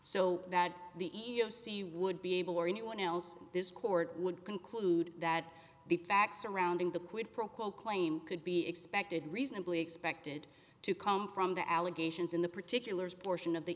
so that the e e o c would be able or anyone else this court would conclude that the facts surrounding the quid pro quo claim could be expected reasonably expected to come from the allegations in the particulars portion of the